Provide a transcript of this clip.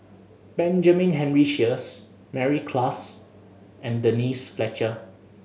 Benjamin Henry Sheares Mary Klass and Denise Fletcher